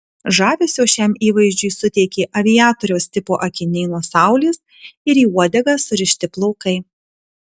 žavesio šiam įvaizdžiui suteikė aviatoriaus tipo akiniai nuo saulės ir į uodegą surišti plaukai